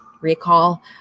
recall